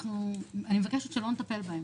אני מבקשת שלא נטפל בהם.